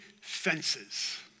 fences